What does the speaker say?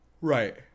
Right